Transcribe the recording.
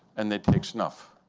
and they take snuff.